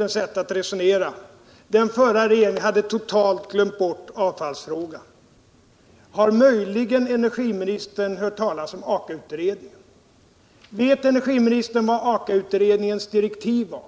hans sätt att resonera — alt den förra regeringen totalt hade glömt bort avfallsfrågan. ITar energiministern möjligen hört talas om Aka-utredningen? Vet energiministern vilka Aka-utredningens direktiv var?